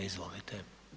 Izvolite.